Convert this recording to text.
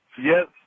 Yes